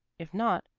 if not,